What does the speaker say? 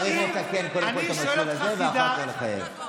צריך לתקן קודם כול את המסלול הזה ואחר כך לחייב.